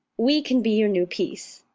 we can be your new piece.